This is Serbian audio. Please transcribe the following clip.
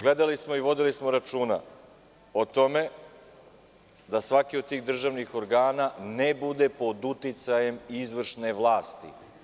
Gledali smo i vodili smo računa o tome da svaki od tih državnih organa ne bude pod uticajem izvršne vlasti.